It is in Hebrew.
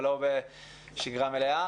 ולא בשגרה מלאה.